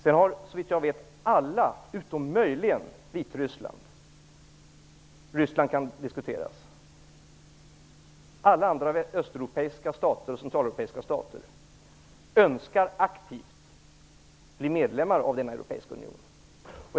Sedan har såvitt jag vet alla andra öst och centraleuropeiska stater - utom möjligen Vitryssland, Ryssland kan diskuteras - aktivt önskat att få bli medlemmar av den europeiska unionen.